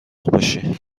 باشی